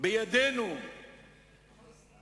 וצריך לעשות שם